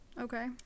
Okay